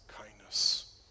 kindness